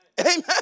Amen